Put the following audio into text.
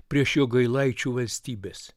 prieš jogailaičių valstybes